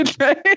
right